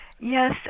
Yes